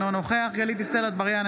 אינו נוכח גלית דיסטל אטבריאן,